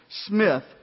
Smith